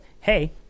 hey